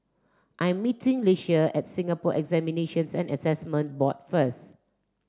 I'm meeting Ieshia at Singapore Examinations and Assessment Board first